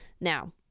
Now